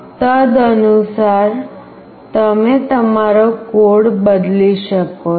તદનુસાર તમે તમારો કોડ બદલી શકો છો